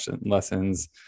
lessons